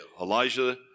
Elijah